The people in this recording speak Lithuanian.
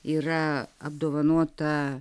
yra apdovanota